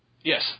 Yes